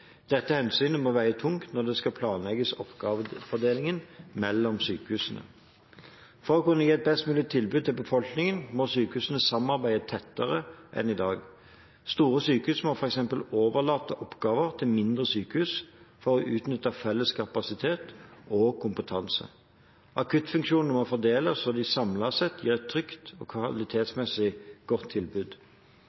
Dette hensynet må veie tungt når de skal planlegge oppgavedelingen mellom sykehus. For å kunne gi et best mulig tilbud til befolkningen må sykehusene samarbeide tettere enn i dag. Store sykehus må f.eks. overlate oppgaver til mindre sykehus for å utnytte felles kapasitet og kompetanse. Akuttfunksjonene må fordeles sånn at de samlet sett gir et trygt og